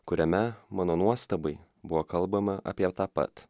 kuriame mano nuostabai buvo kalbama apie tą pat